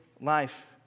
life